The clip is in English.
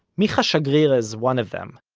micha shagrir is one of them.